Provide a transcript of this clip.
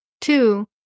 Two